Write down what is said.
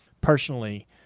personally